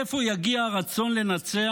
מאיפה יגיע הרצון לנצח?